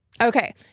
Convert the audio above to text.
Okay